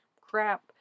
crap